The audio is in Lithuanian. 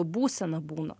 būsena būna